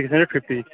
six hundred fifty